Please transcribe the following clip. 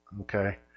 okay